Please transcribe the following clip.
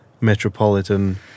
metropolitan